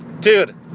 Dude